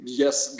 yes